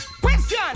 Question